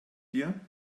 dir